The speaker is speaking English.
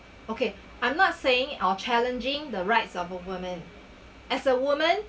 okay I'm not saying I'll challenging the rights of a women as a woman